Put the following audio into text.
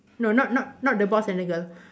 no not not not the box and the girl